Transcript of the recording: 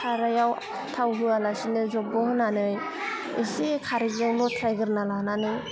साराइयाव थाव होआलासिनो जब्ब' होनानै एसे खारैजों लथ्रायग्रोना लानानै